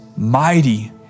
mighty